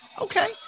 Okay